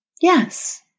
Yes